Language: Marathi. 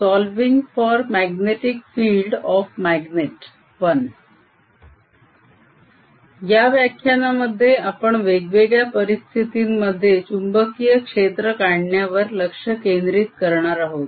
solving for magnetic field of magnet I या व्याख्यानामध्ये आपण वेगवेगळ्या परिस्थितींमध्ये चुंबकीय क्षेत्र काढण्यावर लक्ष केंद्रित करणार आहोत